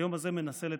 היום הזה מנסה לתקן.